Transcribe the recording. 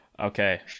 Okay